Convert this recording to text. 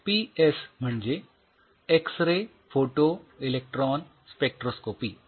XPS म्हणजे X ray photoelectron spectroscopy